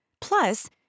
Plus